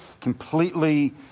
completely